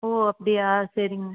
ஓ அப்படியா சரிங்க